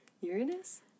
Uranus